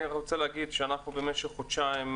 אני רוצה להגיד שאנחנו במשך חודשיים,